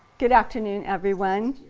good afternoon everyone!